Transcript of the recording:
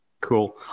Cool